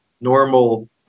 normal